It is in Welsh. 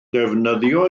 defnyddio